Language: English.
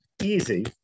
easy